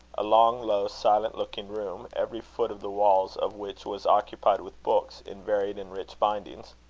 a long, low, silent-looking room, every foot of the walls of which was occupied with books in varied and rich bindings.